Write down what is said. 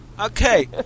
Okay